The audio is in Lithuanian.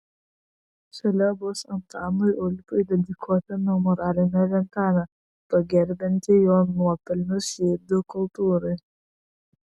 šalia bus antanui ulpiui dedikuota memorialinė lentelė pagerbianti jo nuopelnus žydų kultūrai